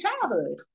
childhood